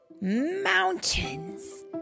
mountains